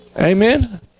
Amen